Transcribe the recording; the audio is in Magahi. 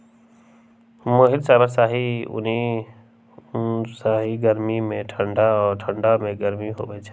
मोहिर फाइबर शाहि उन हइ के गर्मी में ठण्डा आऽ ठण्डा में गरम होइ छइ